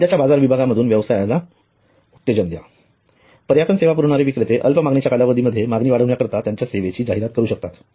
सध्याच्या बाजार विभागांमधून व्यवसायाला उत्तेजन द्या पर्यटनाची सेवा पुरविणारे विक्रेते अल्प मागणीच्या कालावधी मध्ये मागणी वाढवण्यासाठी त्यांच्या सेवांची जाहिरात करू शकतात